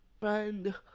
friend